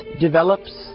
develops